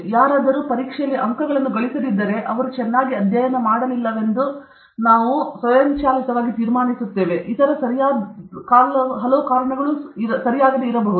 ಯಾರಾದರೂ ಅಂಕಗಳನ್ನು ಗಳಿಸದಿದ್ದರೆ ಅವರು ಚೆನ್ನಾಗಿ ಅಧ್ಯಯನ ಮಾಡಲಿಲ್ಲವೆಂದು ನಾವು ಸ್ವಯಂಚಾಲಿತವಾಗಿ ತೀರ್ಮಾನಿಸುತ್ತೇವೆ ಇತರ ಹಲವು ಕಾರಣಗಳು ಸರಿಯಾಗಬಹುದು